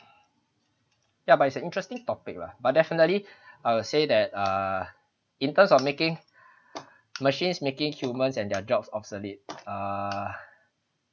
ya but it's a interesting topic lah but definitely I will say that err in terms of making machines making humans and their jobs obsolete uh